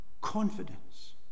confidence